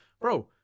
Bro